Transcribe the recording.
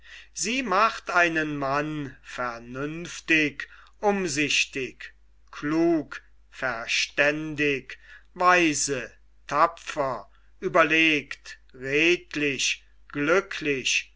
sie macht einen mann vernünftig umsichtig klug verständig weise tapfer überlegt redlich glücklich